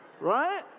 right